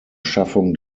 schaffung